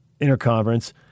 interconference